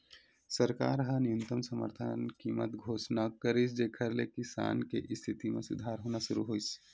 सरकार ह न्यूनतम समरथन कीमत घोसना करिस जेखर ले किसान के इस्थिति म सुधार होना सुरू होइस